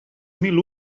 mil